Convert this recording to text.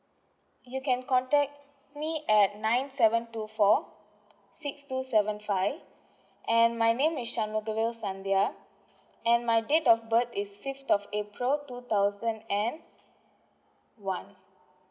you can contact me at nine seven two four six two seven five and my name shamugarial shandia and my date of birth is fifth of april two thousand and one